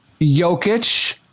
Jokic –